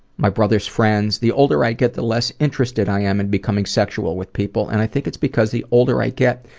my brother's friends. the older i get the less interested i am in becoming sexual with people and i think it's because the older i get,